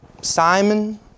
Simon